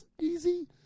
easy